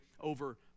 over